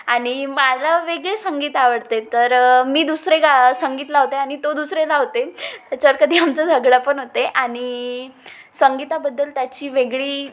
आणि मला वेगळी संगीत आवडते तर मी दुसरे गा संगीत लावते आणि तो दुसरे लावते त्याच्यावर कधी आमचा झगडा पण होते आणि संगीताबद्दल त्याची वेगळी